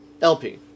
LP